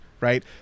right